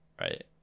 right